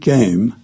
Game